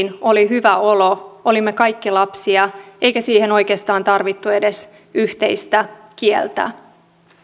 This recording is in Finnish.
oli hyvä olo olimme kaikki lapsia eikä siihen oikeastaan tarvittu edes yhteistä kieltä